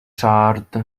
sort